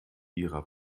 ihrer